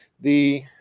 the